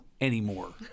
anymore